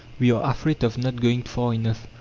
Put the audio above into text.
we are afraid of not going far enough,